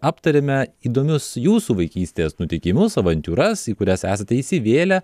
aptariame įdomius jūsų vaikystės nutikimus avantiūras į kurias esate įsivėlę